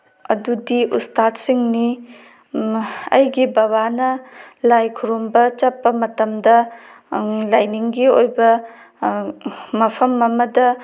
ꯑꯗꯨꯗꯤ ꯎꯁꯇꯥꯠꯁꯤꯡꯅꯤ ꯑꯩꯒꯤ ꯕꯕꯥꯅ ꯂꯥꯏ ꯈꯨꯔꯨꯝꯕ ꯆꯠꯄ ꯃꯇꯝꯗ ꯂꯥꯏꯅꯤꯡꯒꯤ ꯑꯣꯏꯕ ꯃꯐꯝ ꯑꯃꯗ